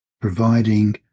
providing